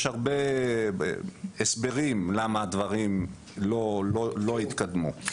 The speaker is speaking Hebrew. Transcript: יש הרבה הסברים למה דברים לא התקדמו.